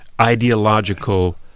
ideological